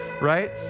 Right